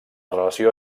relació